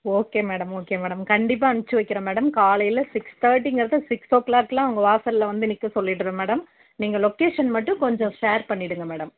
okay madam okay madam கண்டிப்பாக அனுப்பிச்சி வைக்கிறேன் மேடம் காலையில் சிக்ஸ் தேர்ட்டிங்கிறது சிக்ஸ் ஓ கிளாகெலாம் உங்கள் வாசலில் வந்து நிற்க சொல்லிவிடுறேன் மேடம் நீங்கள் லொக்கேஷன் மட்டும் கொஞ்சம் ஷேர் பண்ணிவிடுங்க மேடம்